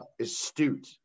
astute